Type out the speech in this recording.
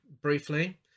briefly